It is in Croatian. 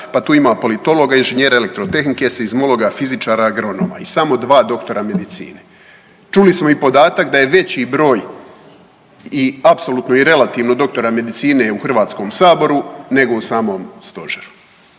pa tu ima politologa i inženjera elektrotehnike, seizmologa, fizičara, agronoma i samo 2 doktora medicine. Čuli smo i podatak da je veći broj i apsolutno i relativno doktora medicine u HS nego u samom stožeru.